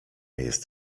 jest